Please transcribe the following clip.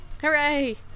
Hooray